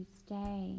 stay